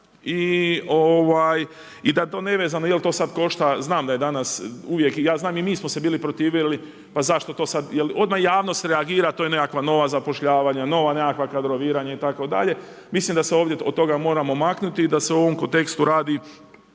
i da to nevezano jer to sad košta, znam da je danas, ja znam i mi smo se bili protivili pa zašto to sad, jer odmah javnost reagira to je nekakva nova zapošljavanja, nova nekakva kadroviranja itd. mislim da se ovdje od toga moramo maknuti i da se u ovom kontekstu radi